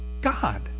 God